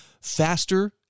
faster